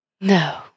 No